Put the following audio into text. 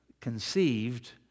conceived